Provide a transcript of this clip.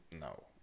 No